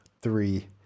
three